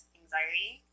anxiety